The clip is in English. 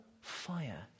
fire